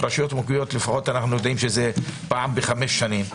ברשויות המקומיות לפחות אנחנו יודעים שזה פעם בחמש שנים,